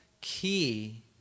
key